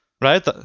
right